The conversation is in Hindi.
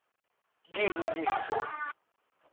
जी जी जी सर